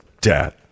Dad